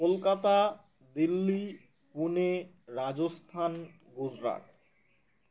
Kolkata Delhi Pune Rajasthan Gujarat